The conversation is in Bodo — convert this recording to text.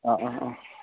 अ अ अ